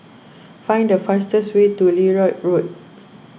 find the fastest way to Lloyd Road